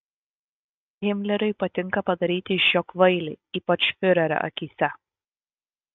himleriui patinka padaryti iš jo kvailį ypač fiurerio akyse